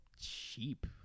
cheap